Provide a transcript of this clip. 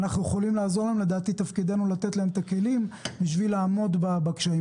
אנחנו יכולים לעזור ולדעתי תפקידנו לתת להם את הכלים כדי לעמוד בקשיים,